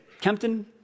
Kempton